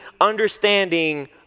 understanding